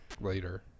later